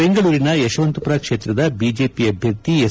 ಬೆಂಗಳೂರಿನ ಯಶವಂತಪುರ ಕ್ಷೇತ್ರದ ಬಿಜೆಪಿ ಅಭ್ಯರ್ಥಿ ಎಸ್